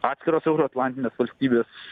atskiros euroatlantinės valstybės